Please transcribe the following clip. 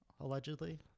allegedly